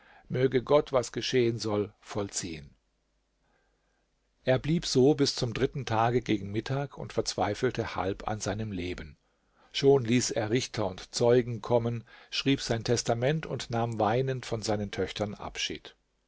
möge gott was geschehen soll vollziehen er blieb so bis zum dritten tage gegen mittag und verzweifelte halb an seinem leben schon ließ er richter und zeugen kommen schrieb sein testament und nahm weinend von seinen töchtern abschied